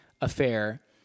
affair